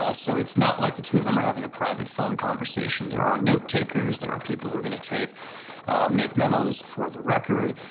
ah so it's not like the two of them are having a private phone conversation there are note takers there are people who are going to take make memos for the record.